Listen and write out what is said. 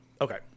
Okay